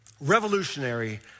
Revolutionary